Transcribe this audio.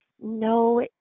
No